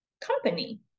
company